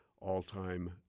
all-time